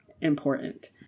important